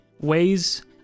ways